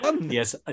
Yes